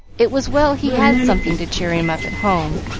it was well he had something to cheer him up at home,